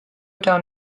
down